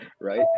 right